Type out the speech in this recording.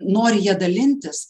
nori ja dalintis